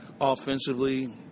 Offensively